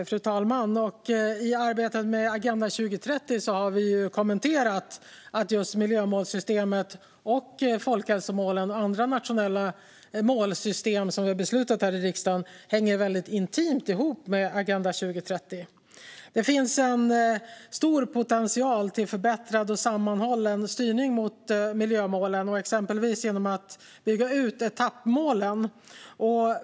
Fru talman! I arbetet med Agenda 2030 har vi kommenterat att just miljömålssystemet, folkhälsomålen och andra nationella målsystem som vi har beslutat om här i riksdagen hänger väldigt intimt ihop med Agenda 2030. Det finns en stor potential till förbättrad och sammanhållen styrning mot miljömålen, exempelvis genom utbyggnad av etappmålen.